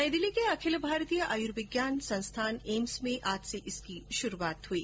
नई दिल्ली के अखिल भारतीय आयुर्विज्ञान संस्थान एम्स में आज से इसकी शुरुआत हुई